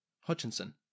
Hutchinson